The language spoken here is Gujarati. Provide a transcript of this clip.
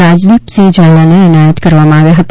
રાજદીપસિંહ ઝાલાને એનાયત કરવામાં આવ્યા હતા